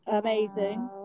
Amazing